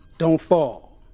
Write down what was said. don't fall.